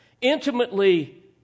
intimately